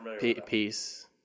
peace